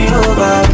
over